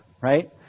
right